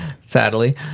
sadly